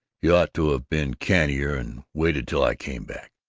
you ought to have been cannier and waited till i came back.